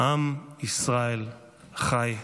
"עם ישראל חי".